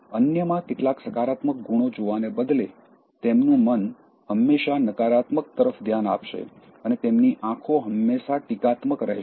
અન્યમાં કેટલાક સકારાત્મક ગુણો જોવાને બદલે તેમનું મન હંમેશા નકારાત્મક તરફ ધ્યાન આપશે અને તેમની આંખો હંમેશાં ટીકાત્મક રહે છે